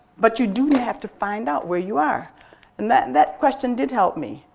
but you do have to find out where you are and that and that question did help me.